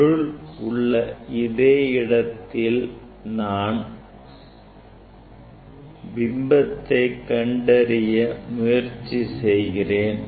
பொருள் உள்ள இதே இடத்தில் நான் இடத்தில் பிம்பத்தை கண்டறிய முயற்சி செய்ய நினைக்கிறேன்